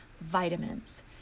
vitamins